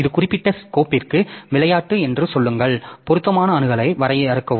ஒரு குறிப்பிட்ட கோப்பிற்கு விளையாட்டு என்று சொல்லுங்கள் பொருத்தமான அணுகலை வரையறுக்கவும்